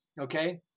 Okay